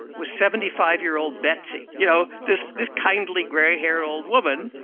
was seventy five year old betsy. you know, this this kindly grey-haired old woman,